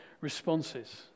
responses